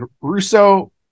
Russo